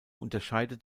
unterscheidet